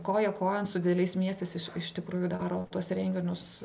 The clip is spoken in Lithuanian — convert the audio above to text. koja kojon su dideliais miestais jis iš tikrųjų daro tuos renginius